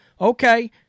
Okay